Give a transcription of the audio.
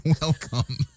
welcome